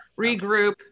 regroup